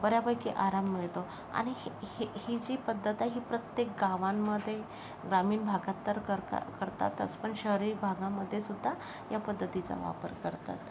बऱ्यापैकी आराम मिळतो आणि हे ही जी पध्दत आहे ही प्रत्येक गावांमध्ये ग्रामीण भागात तर करतात करतातच पण शहरी भागामध्ये सुध्दा या पद्धतीचा वापर करतात